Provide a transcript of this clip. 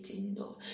no